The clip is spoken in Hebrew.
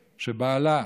שבעלה,